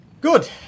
Good